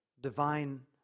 divine